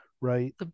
right